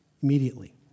immediately